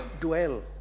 Dwell